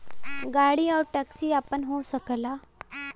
गाड़ी आउर टैक्सी आपन हो सकला